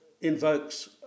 invokes